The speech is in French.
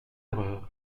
erreurs